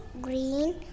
green